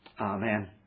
Amen